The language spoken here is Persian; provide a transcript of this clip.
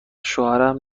شوهرم